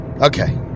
okay